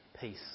peace